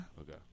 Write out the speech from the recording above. Okay